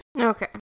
Okay